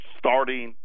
starting